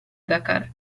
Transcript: dakar